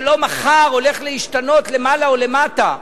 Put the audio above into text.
שלא מחר הולך להשתנות למעלה או למטה,